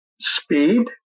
speed